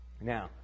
Now